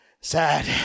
sad